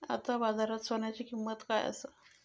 आता बाजारात सोन्याची किंमत काय असा?